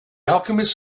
alchemist